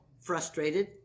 frustrated